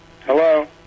Hello